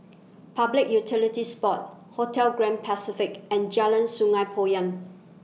Public Utilities Board Hotel Grand Pacific and Jalan Sungei Poyan